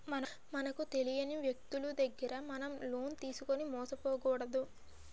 మనకు తెలియని వ్యక్తులు దగ్గర మనం లోన్ తీసుకుని మోసపోకూడదు